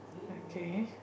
okay